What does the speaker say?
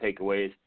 takeaways